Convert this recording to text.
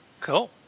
Cool